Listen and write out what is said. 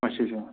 اَچھا اَچھا